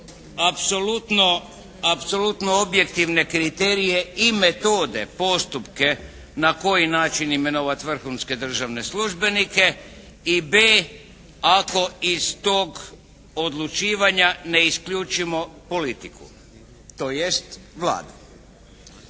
apsolutno objektivne kriterije i metode postupke na koji način imenovati vrhunske državne službenika. I b) ako iz tog odlučivanja ne isključimo politiku, tj. Vladu.